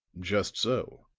just so,